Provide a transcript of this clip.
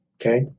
Okay